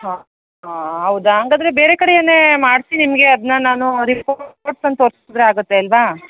ಹಾಂ ಹಾಂ ಹೌದ ಹಾಗಾದ್ರೆ ಬೇರೆ ಕಡೆನೇ ಮಾಡಿಸಿ ನಿಮಗೆ ಅದನ್ನ ನಾನು ರೀಪೋರ್ಟ್ ತಂದು ತೋರಿಸಿದ್ರೆ ಆಗುತ್ತೆ ಅಲ್ವಾ